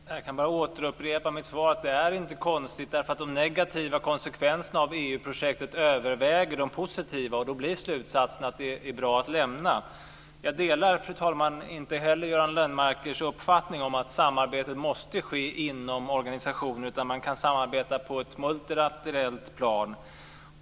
Fru talman! Jag kan bara återupprepa mitt svar: Det är inte konstigt, eftersom de negativa konsekvenserna av EU-projektet överväger de positiva. Då blir slutsatsen att det är bra att lämna det här. Fru talman! Jag delar inte heller Göran Lennmarkers uppfattning om att samarbetet måste ske inom organisationer. Man kan samarbeta på ett multilateralt plan.